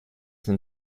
than